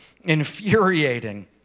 infuriating